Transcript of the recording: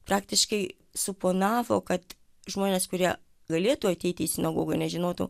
praktiškai suponavo kad žmonės kurie galėtų ateiti į sinagogą nežinotų